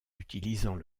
utilisant